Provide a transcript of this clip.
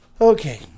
Okay